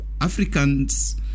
Africans